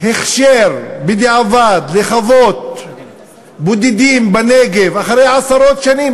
הכשר בדיעבד לחוות בודדים בנגב אחרי עשרות שנים,